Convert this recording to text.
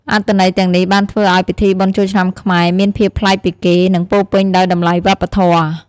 អត្ថន័យទាំងនេះបានធ្វើឲ្យពិធីបុណ្យចូលឆ្នាំខ្មែរមានភាពប្លែកពីគេ និងពោរពេញដោយតម្លៃវប្បធម៌។